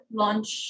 launch